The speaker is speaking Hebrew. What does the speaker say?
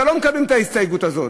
אתם לא מקבלים את ההסתייגות הזאת,